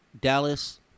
Dallas